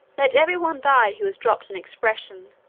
let every one die who has dropped an expression,